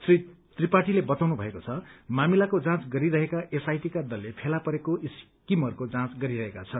श्री त्रिपाठीले बताउनु भएको छ मामिलाको जाँच गरिरहेका एसआईटी का दलले फेला परेको स्किमरको जाँच गरिरहेका छन्